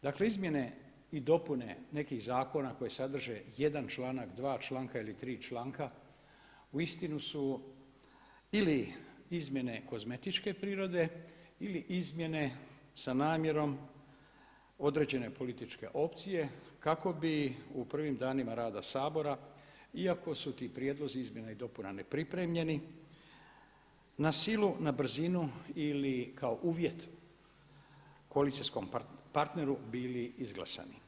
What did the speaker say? Dakle, izmjene i dopune nekih zakona koje sadrže jedan članak, dva članka ili tri članka uistinu su ili izmjene kozmetičke prirode ili izmjene sa namjerom određene političke opcije kako bi u prvim danima rada Sabora iako su ti prijedlozi izmjena i dopuna nepripremljeni na silu na brzinu ili kao uvjet koalicijskom partneru bili izglasani.